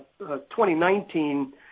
2019